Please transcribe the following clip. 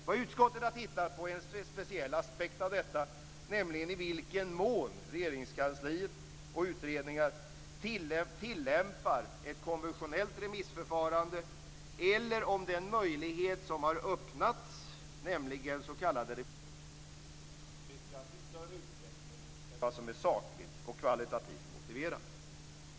Vad utskottet har tittat på är en speciell aspekt av detta, nämligen i vilken mån Regeringskansliet och utredningar tillämpar ett konventionellt remissförfarande eller om den möjlighet som har öppnats, nämligen s.k. remissmöten, utnyttjas i större utsträckning än vad som är sakligt och kvalitativt motiverat.